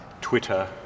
Twitter